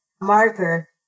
marker